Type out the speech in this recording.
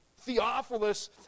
Theophilus